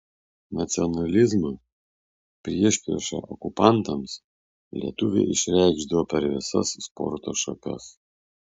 nacionalizmą priešpriešą okupantams lietuviai išreikšdavo per visas sporto šakas